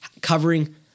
covering